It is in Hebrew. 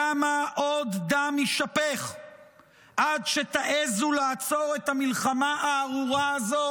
כמה עוד דם יישפך עד שתעזו לעצור את המלחמה הארורה הזאת